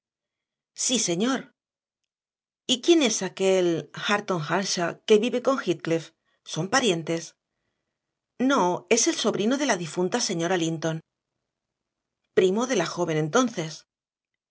sí señor y quién es aquel hareton earnshaw que vive con heathcliff son parientes no es el sobrino de la difunta señora linton primo de la joven entonces